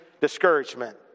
discouragement